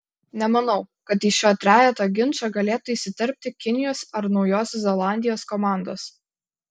nemanau kad į šio trejeto ginčą galėtų įsiterpti kinijos ar naujosios zelandijos komandos